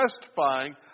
testifying